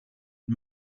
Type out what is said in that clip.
and